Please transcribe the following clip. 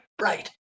Right